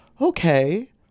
Okay